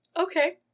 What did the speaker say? Okay